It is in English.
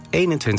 21